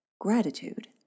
gratitude